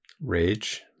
rage